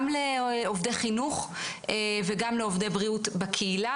גם עובדי חינוך וגם לעובדי בריאות בקהילה,